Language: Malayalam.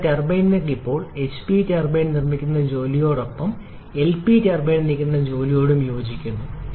നിങ്ങളുടെ ടർബൈൻ വർക്ക് ഇപ്പോൾ HP ടർബൈൻ നിർമ്മിക്കുന്ന ജോലിയോടും LP ടർബൈൻ നിർമ്മിക്കുന്ന ജോലിയോടും യോജിക്കുന്നു